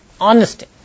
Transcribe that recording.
honesty